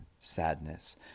sadness